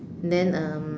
and then um